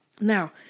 Now